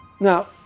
Now